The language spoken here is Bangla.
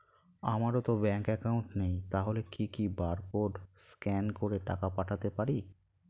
আমারতো ব্যাংক অ্যাকাউন্ট নেই তাহলে কি কি বারকোড স্ক্যান করে টাকা পাঠাতে পারি?